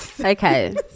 Okay